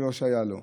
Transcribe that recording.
שהיה לו.